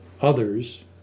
others